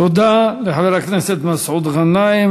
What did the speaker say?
תודה לחבר הכנסת מסעוד גנאים.